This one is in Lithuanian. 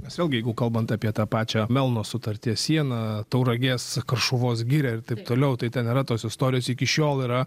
nes vėlgi jeigu kalbant apie tą pačią melno sutarties sieną tauragės karšuvos girią ir taip toliau tai ten yra tos istorijos iki šiol yra